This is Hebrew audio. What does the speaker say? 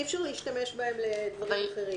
אי אפשר להשתמש בהם לדברים אחרים.